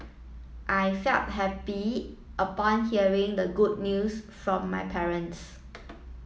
I felt happy upon hearing the good news from my parents